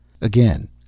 Again